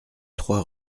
trois